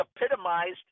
epitomized